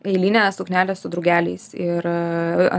eilinė suknelė su drugeliais ir